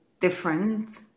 different